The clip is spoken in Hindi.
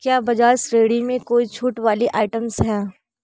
क्या बजाज श्रेणी में कोई छूट वाली आइटम्स हैं